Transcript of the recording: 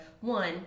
One